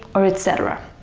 or etc.